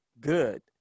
good